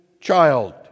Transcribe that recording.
child